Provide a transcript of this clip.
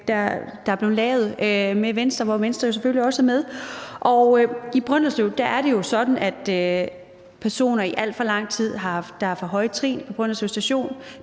der blev lavet, hvor Venstre jo selvfølgelig også er med, og i Brønderslev er det jo sådan, at der i alt for lang tid har været for høje trin på Brønderslev Station,